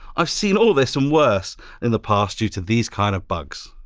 i've seen all of this and worse in the past due to these kind of bugs.